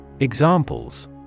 Examples